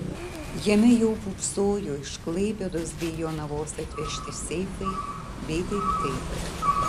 jame jau pūpsojo iš klaipėdos bei jonavos atvežti seifai bei daiktai